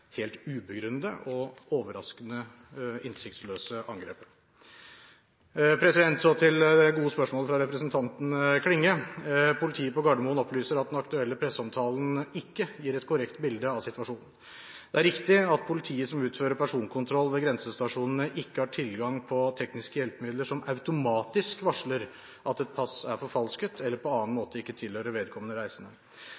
helt ubegrunnede, overraskende og innsiktsløse angrepet. Så til det gode spørsmålet fra representanten Klinge. Politiet på Gardermoen opplyser at den aktuelle presseomtalen ikke gir et korrekt bilde av situasjonen. Det er riktig at politiet som utfører personkontroll ved grensestasjonene, ikke har tilgang på tekniske hjelpemidler som automatisk varsler at et pass er forfalsket eller på annen